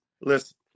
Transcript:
Listen